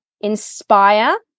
inspire